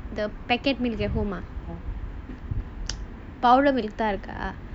the packet milk at home ah powder milk தான் இருக்கா:thaan irukka